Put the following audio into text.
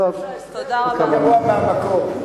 אני חושב שההסבר גרוע יותר מהמקור.